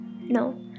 No